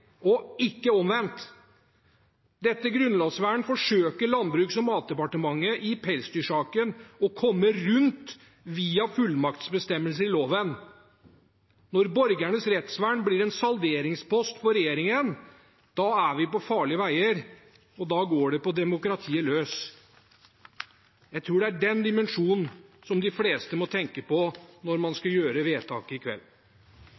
lovgivning, ikke omvendt. Dette grunnlovsvernet forsøker Landbruks- og matdepartementet i pelsdyrsaken å komme rundt via fullmaktsbestemmelser i loven. Når borgernes rettsvern blir en salderingspost for regjeringen, er vi på farlige veier, og da går det på demokratiet løs. Jeg tror det er den dimensjonen som de fleste må tenke på når man skal fatte vedtaket i kveld.